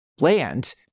land